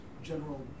General